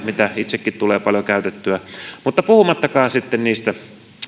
mitä reittiä itsekin tulee paljon käytettyä puhumattakaan sitten niistä